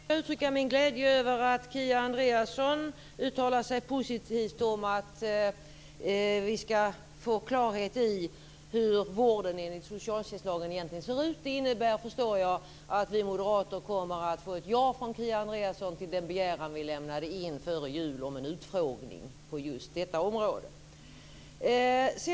Herr talman! Först vill jag uttrycka min glädje över att Kia Andreasson uttalar sig positivt om att vi ska få klarhet i hur vården enligt socialtjänstlagen egentligen ser ut. Det innebär att vi moderater kommer att få ett ja från Kia Andreasson till den begäran vi lämnade in före jul om en utfrågning på just detta område.